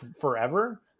forever